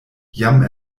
jam